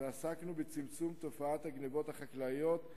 ועסקנו בצמצום תופעת הגנבות החקלאיות,